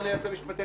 היועץ המשפטי,